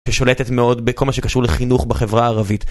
ששולטת מאוד בכל מה שקשור לחינוך בחברה הערבית.